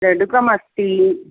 लड्डुकमस्ति